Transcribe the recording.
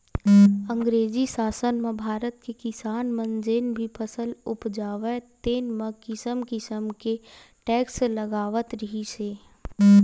अंगरेजी सासन म भारत के किसान मन जेन भी फसल उपजावय तेन म किसम किसम के टेक्स लगावत रिहिस हे